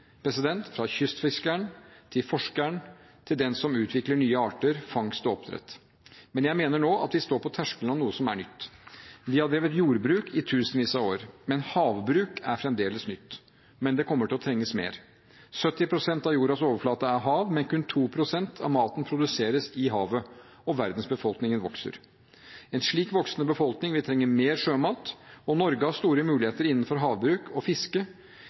fra kystfiskeren, til forskeren, til den som utvikler nye arter, fangst og oppdrett. Men jeg mener nå at vi står på terskelen til noe som er nytt. Vi har drevet jordbruk i tusenvis av år, men havbruk er fremdeles nytt. Det kommer til å trengs mer. 70 pst. av jordas overflate er hav, men kun 2 pst. av maten produseres i havet, og verdens befolkning vokser. En slik voksende befolkning vil trenge mer sjømat, og Norge har store muligheter innenfor havbruk og fiske